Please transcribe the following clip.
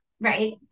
Right